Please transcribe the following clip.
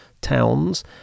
towns